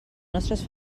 nostres